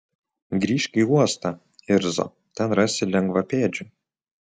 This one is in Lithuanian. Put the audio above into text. grįžk į uostą irzo ten rasi lengvapėdžių